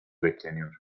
bekleniyor